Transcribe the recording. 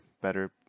better